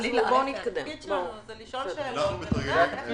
התפקיד שלנו הוא לשאול שאלות ולדעת איך נוהל האירוע.